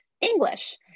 English